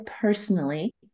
personally –